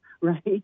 right